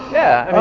yeah.